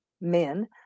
men